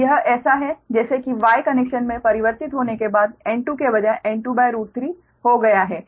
तो यह ऐसा है जैसे कि Y कनेक्शन में परिवर्तित होने के बाद 𝑵𝟐 के बजाय N23 हो गया है